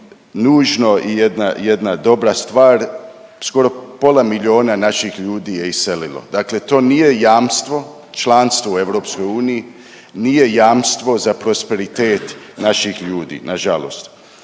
nužno i jedna dobra stvar, skoro pola milijuna naših ljudi je iselilo. Dakle, to nije jamstvo članstvo u EU nije jamstvo za prosperitet naših ljudi. Na žalost.